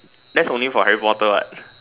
that's only for Harry Potter what